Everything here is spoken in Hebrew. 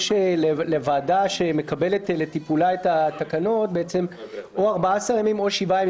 יש לוועדה שמקבלת לטיפולה את התקנות בעצם 14 ימים או 7 ימים,